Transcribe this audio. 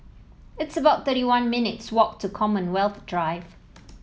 it's about thirty one minutes' walk to Commonwealth Drive